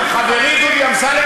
חברי דודי אמסלם,